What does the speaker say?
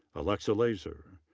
alexa laser.